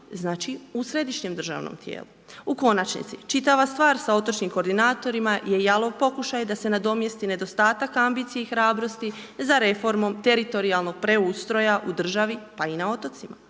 znači u središnjem državnom tijelu. U konačnici, čitava stvar sa otočnim koordinatorima je jalov pokušaj da se nadomjesti nedostatak ambicije i hrabrosti za reformom teritorijalnog preustroja u državi pa i na otocima.